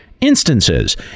instances